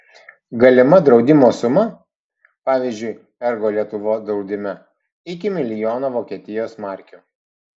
galima draudimo suma pavyzdžiui ergo lietuva draudime iki milijono vokietijos markių